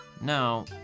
Now